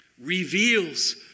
reveals